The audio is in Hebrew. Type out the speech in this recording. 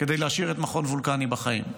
כדי להשאיר את מכון וולקני בחיים.